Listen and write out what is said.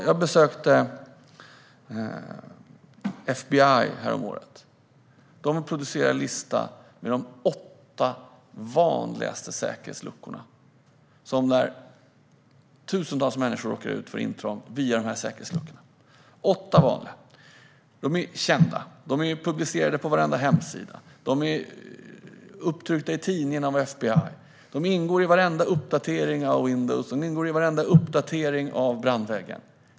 Jag besökte FBI häromåret. De har producerat en lista med de åtta vanligaste säkerhetsluckorna, via vilka tusentals människor råkar ut för intrång. Dessa åtta säkerhetsluckor är kända. De finns publicerade på varenda hemsida. De har tryckts upp i tidningar av FBI. De ingår i varenda uppdatering av Windows och av brandväggar.